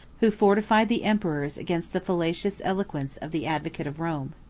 who fortified the emperors against the fallacious eloquence of the advocate of rome.